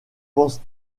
pense